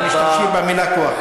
ומשתמשים במילה כוח.